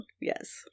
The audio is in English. Yes